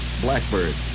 blackbird